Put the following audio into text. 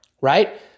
right